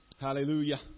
Hallelujah